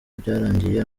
byarangiye